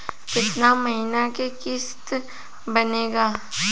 कितना महीना के किस्त बनेगा?